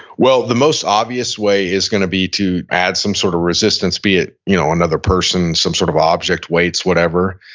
well, the most obvious way is gonna be to add some sort of resistance, be it you know another person, some sort of object, weights, whatever.